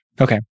Okay